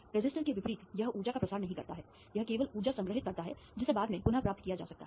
resistor के विपरीत यह ऊर्जा का प्रसार नहीं करता है यह केवल ऊर्जा संग्रहीत करता है जिसे बाद में पुनर्प्राप्त किया जा सकता है